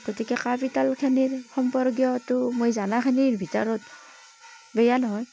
গতিকে কাঁহ পিতলখিনিৰ সম্পৰ্কীয়টো মই জনাখিনিৰ ভিতৰত বেয়া নহয়